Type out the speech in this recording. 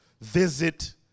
visit